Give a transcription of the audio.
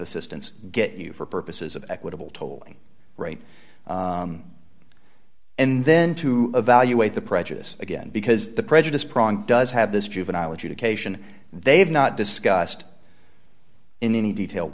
assistance get you for purposes of equitable tolling right and then to evaluate the prejudice again because the prejudice prong does have this juvenile adjudication they have not discussed in any detail